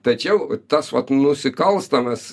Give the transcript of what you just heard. tačiau tas vat nusikalstamas